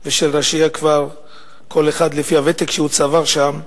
ושל ראשיה, כל אחד לפי הוותק שהוא צבר שם,